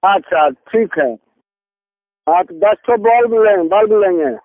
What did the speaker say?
अच्छा ठीक है हाँ तो दस ठो बल्ब लें बल्ब लेंगे